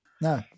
No